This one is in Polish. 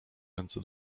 ręce